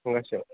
थांगासेयाव